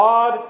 God